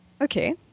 Okay